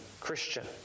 Christian